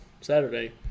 Saturday